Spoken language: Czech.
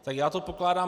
Tak já to pokládám...